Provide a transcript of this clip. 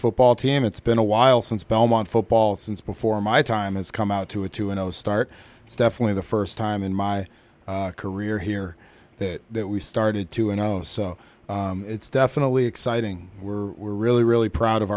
football team it's been a while since belmont football since before my time has come out to a two and zero start it's definitely the first time in my career here that that we started to and i know so it's definitely exciting we're we're really really proud of